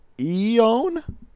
Eon